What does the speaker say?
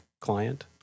client